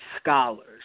scholars